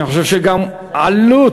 אני חושב שגם העלויות,